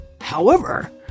However